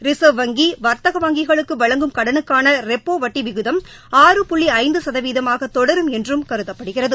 reserve வங்கி வா்த்தக வங்கிகளுக்கு வழங்கும் கடலுக்கான ரெப்போ வட்டி விகிதம் ஆறு புள்ளி ஐந்து சதவீதமாக தொடரும் என்றும் கருதப்படுகிறது